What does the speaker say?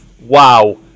wow